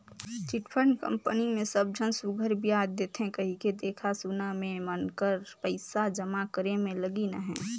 chit fund company मे सब झन सुग्घर बियाज देथे कहिके देखा सुना में मन कर पइसा जमा करे में लगिन अहें